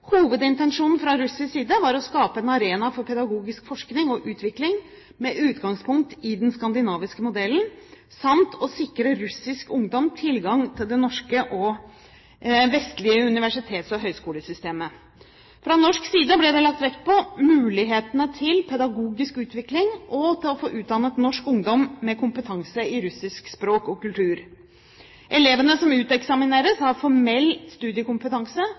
Hovedintensjonen fra russisk side var å skape en arena for pedagogisk forskning og utvikling med utgangspunkt i den skandinaviske modellen samt å sikre russisk ungdom tilgang til det norske og vestlige universitets- og høyskolesystemet. Fra norsk side ble det lagt vekt på mulighetene til pedagogisk utvikling og til å få utdannet norsk ungdom med kompetanse i russisk språk og kultur. Elevene som uteksamineres, har formell studiekompetanse